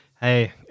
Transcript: hey